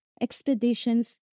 expeditions